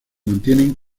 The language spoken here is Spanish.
mantienen